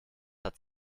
hat